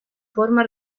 forma